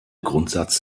grundsatz